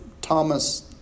Thomas